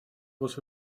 was